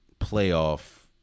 playoff